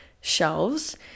shelves